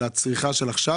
על הצריכה של עכשיו?